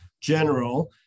general